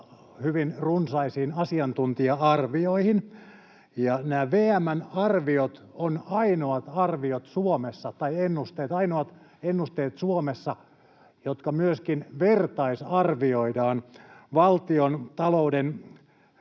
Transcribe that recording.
hyvin runsaisiin asiantuntija-arvioihin. Nämä VM:n ennusteet ovat ainoat ennusteet Suomessa, jotka myöskin vertaisarvioidaan Valtiontalouden